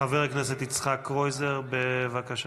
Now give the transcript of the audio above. חבר הכנסת יצחק קרויזר, בבקשה.